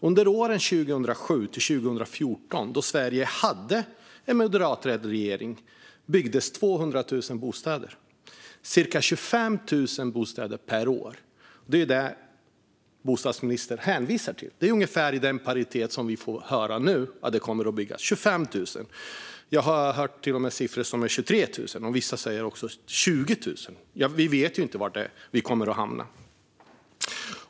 Under åren 2007-2014, då Sverige hade en moderatledd regering, byggdes 200 000 bostäder. Det är cirka 25 000 bostäder per år, och det är det bostadsministern hänvisar till. Det är ungefär i paritet med det vi får höra nu när det gäller hur mycket som kommer att byggas - 25 000. Jag har även hört siffran 23 000, och vissa säger 20 000. Vi vet inte var vi kommer att hamna.